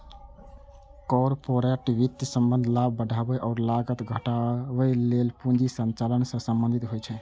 corporate वित्तक संबंध लाभ बढ़ाबै आ लागत घटाबै लेल पूंजी संचालन सं संबंधित होइ छै